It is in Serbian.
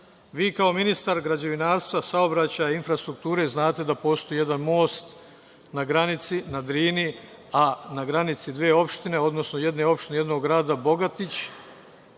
Vi, kao ministar građevinarstva, saobraćaja i infrastrukture, znate da postoji jedan most na granici, na Drini, na granici dve opštine, odnosno jedne opštine i jednog grada Bogatić